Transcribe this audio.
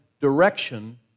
direction